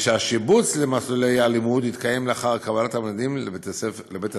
והשיבוץ למסלולי הלימוד יתקיים לאחר קבלת התלמידים לבית-הספר.